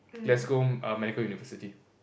Glasgow medical University